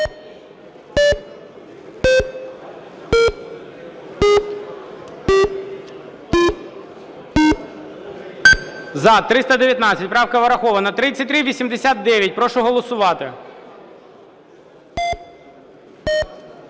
За-319 Правка врахована. 3389. Прошу голосувати.